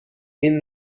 این